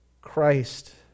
Christ